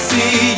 See